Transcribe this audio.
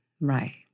right